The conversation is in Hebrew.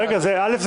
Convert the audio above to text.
אל"ף,